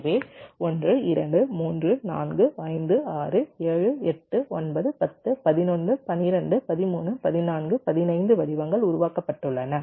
எனவே 1 2 3 4 5 6 7 8 9 10 11 12 13 14 15 வடிவங்கள் உருவாக்கப்பட்டுள்ளன